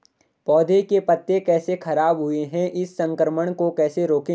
पौधों के पत्ते कैसे खराब हुए हैं इस संक्रमण को कैसे रोकें?